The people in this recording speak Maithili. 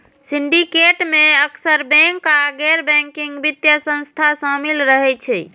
सिंडिकेट मे अक्सर बैंक आ गैर बैंकिंग वित्तीय संस्था शामिल रहै छै